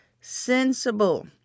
sensible